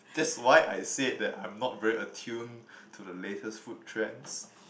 that's why I said that I'm not very attuned to the latest food trends